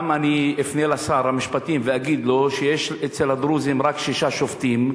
אני אפנה גם לשר המשפטים ואגיד לו שיש אצל הדרוזים רק שישה שופטים,